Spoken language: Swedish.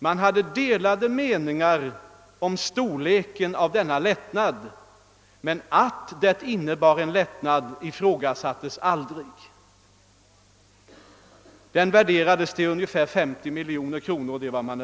Man hade delade meningar om storleken av denna lättnad — från 90 till 50 miljoner kronor — men att momsen innebar en lättnad ifrågasattes aldrig.